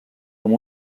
amb